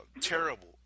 Terrible